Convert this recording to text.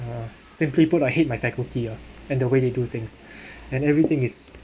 uh simply put I hate my faculty ah and the way they do things and everything is